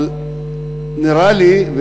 אבל נראה לי,